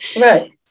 Right